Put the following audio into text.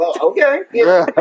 Okay